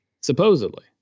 Supposedly